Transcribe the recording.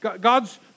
God's